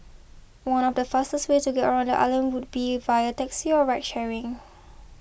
one of the fastest ways to get around the island would be via taxi or ride sharing